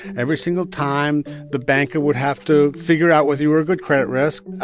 every single time the banker would have to figure out whether you were a good credit risk.